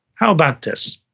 how about this,